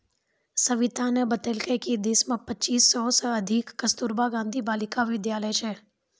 सविताने बतेलकै कि देश मे पच्चीस सय से अधिक कस्तूरबा गांधी बालिका विद्यालय छै